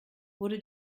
wurde